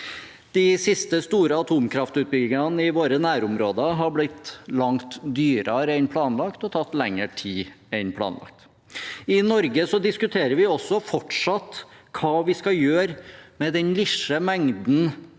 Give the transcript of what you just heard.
De siste store atomkraftutbyggingene i våre nærområder har blitt langt dyrere enn planlagt og har tatt lengre tid enn planlagt. I Norge diskuterer vi også fortsatt hva vi skal gjøre med den lille mengden